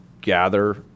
gather